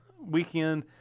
weekend